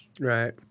Right